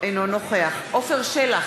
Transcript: אינו נוכח עפר שלח,